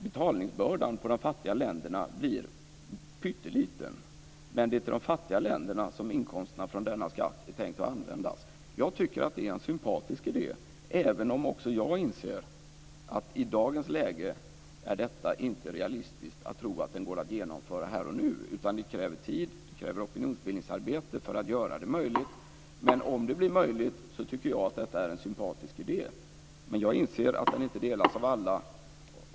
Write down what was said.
Betalningsbördan för de fattiga länderna blir pytteliten, men det är till de fattiga länderna som inkomsterna från denna skatt är tänkta att användas. Jag tycker att det är en sympatisk idé även om också jag inser att det i dagens läge inte är realistiskt att tro att det här går att genomföra här och nu. Det krävs tid och opinionsbildningsarbete för att man ska kunna göra det här möjligt. Men om det blir möjligt tycker jag att detta är en sympatisk idé, men jag inser att den åsikten inte delas av alla.